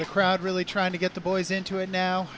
the crowd really trying to get the boys into it now